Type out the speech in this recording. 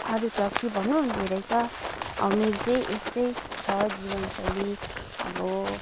अरू त के भन्नु धैरै त मेरो चाहिँ यस्तै छ जीवनशैली अब